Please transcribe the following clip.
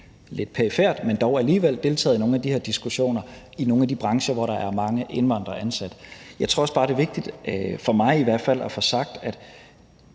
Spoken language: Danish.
lidt perifert, men dog alligevel – deltaget i nogle af de her diskussioner med nogle af de brancher, hvor der er mange indvandrere ansat. Jeg tror også bare, det er vigtigt – det er det i hvert fald for mig – at